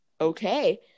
Okay